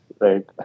right